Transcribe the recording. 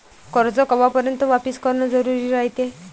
कर्ज कवापर्यंत वापिस करन जरुरी रायते?